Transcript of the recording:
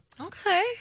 Okay